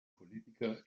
politiker